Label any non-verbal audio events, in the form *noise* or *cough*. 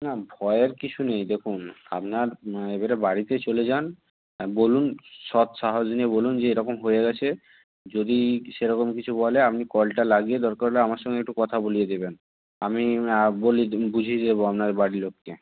না ভয়ের কিছু নেই দেখুন আপনার এবারে বাড়িতে চলে যান বলুন সৎ সাহস নিয়ে বলুন যে এরকম হয়ে গেছে যদি সেরকম কিছু বলে আপনি কলটা লাগিয়ে দরকার হলে আমার সঙ্গে একটু কথা বলিয়ে দেবেন আমি *unintelligible* বুঝিয়ে দেবো আপনার বাড়ির লোককে